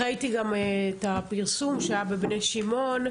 ראיתי גם את הפרסום שהיה בבני שמעון,